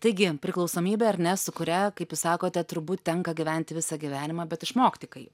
taigi priklausomybė ar ne su kuria kaip jūs sakote turbūt tenka gyvent visą gyvenimą bet išmokti kaip